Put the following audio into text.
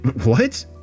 -"What